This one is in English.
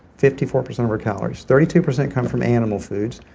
fifty four percent of our calories, thirty two percent come from animal foods.